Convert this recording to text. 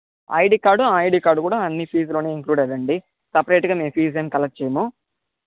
ID card ID card కూడా అన్నీ ఫీజులోనే ఇన్క్ల్యూడ్ అవండి సపరేట్గా మేము ఫీజు ఏమీ కలెక్ట్ చేయము